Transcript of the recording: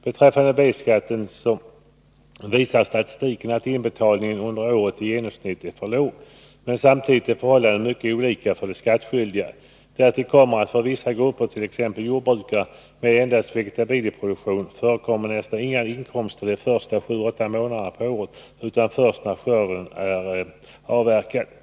Beträffande B-skatten visar statistiken att inbetalningen under året i genomsnitt är för låg. Men samtidigt är förhållandena mycket olika för de skattskyldiga. Därtill kommer att för vissa grupper, t.ex. jordbrukare med endast vegetabilieproduktion, förekommer nästan inga inkomster de första sju åtta månaderna på året utan först när skörden är avverkad.